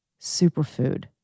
superfood